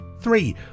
three